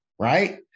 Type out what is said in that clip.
Right